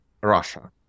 Russia